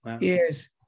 Yes